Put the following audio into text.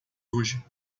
hoje